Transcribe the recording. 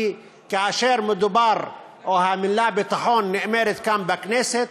כי כאשר המילה ביטחון נאמרת כאן בכנסת,